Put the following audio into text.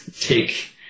take